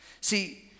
See